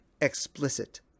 explicit